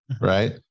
right